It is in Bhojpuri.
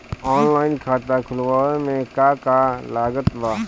ऑनलाइन खाता खुलवावे मे का का लागत बा?